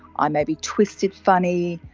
i maybe twisted funny,